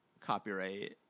copyright